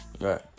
Right